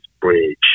Bridge